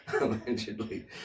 Allegedly